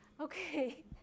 Okay